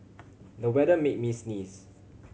the weather made me sneeze